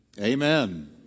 Amen